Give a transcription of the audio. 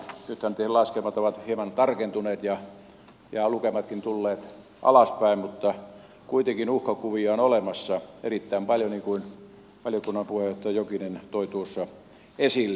nythän laskelmat ovat hieman tarkentuneet ja lukematkin tulleet alaspäin mutta kuitenkin uhkakuvia on olemassa erittäin paljon niin kuin valiokunnan puheenjohtaja jokinen toi tuossa esille